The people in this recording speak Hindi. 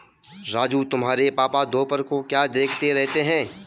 राजू तुम्हारे पापा दोपहर को क्या देखते रहते हैं?